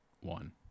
one